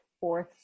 fourth